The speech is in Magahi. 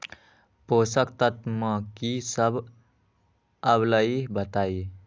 पोषक तत्व म की सब आबलई बताई?